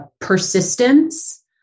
persistence